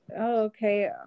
okay